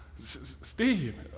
Steve